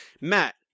matt